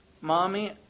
Mommy